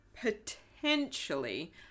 potentially